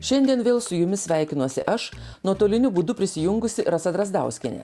šiandien vėl su jumis sveikinuosi aš nuotoliniu būdu prisijungusi rasa drazdauskienė